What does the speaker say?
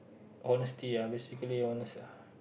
honesty ah basically honest ah